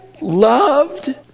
loved